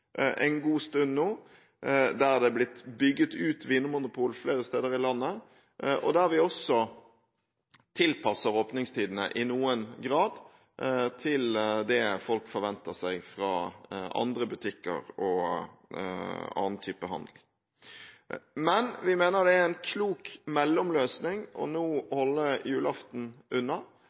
en god stund nå, der det er blitt bygd ut vinmonopol flere steder i landet, og der vi også tilpasser åpningstidene i noen grad til det folk forventer seg fra andre butikker og annen type handel. Men vi mener det er en klok mellomløsning nå å holde julaften unna.